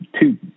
two